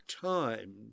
time